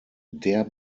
der